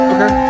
Okay